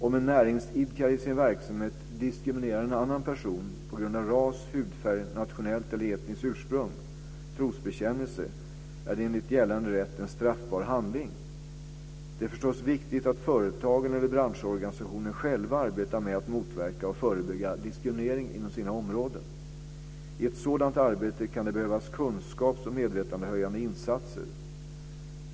Om en näringsidkare i sin verksamhet diskriminerar en annan person på grund av ras, hudfärg, nationellt eller etniskt ursprung, trosbekännelse är det enligt gällande rätt en straffbar handling. Det är förstås viktigt att företagen eller branschorganisationer själva arbetar med att motverka och förebygga diskriminering inom sina områden. I ett sådant arbete kan det behövas kunskaps och medvetandehöjande insatser.